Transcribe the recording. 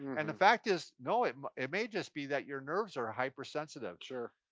and the fact is, no, um it may just be that your nerves are hypersensitive. sure.